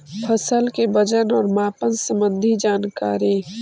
फसल के वजन और मापन संबंधी जनकारी?